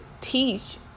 teach